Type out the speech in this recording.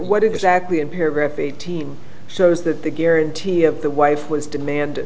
what exactly in paragraph eighteen so that the guarantee of the wife was demand